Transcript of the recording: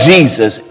Jesus